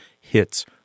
hits